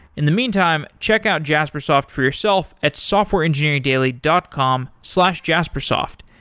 in the meantime, check out jaspersoft for yourself at softwareengineeringdaily dot com slash jaspersoft.